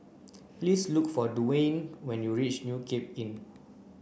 please look for Duwayne when you reach New Cape Inn